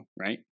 right